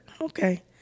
okay